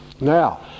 Now